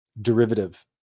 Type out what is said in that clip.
derivative